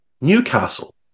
Newcastle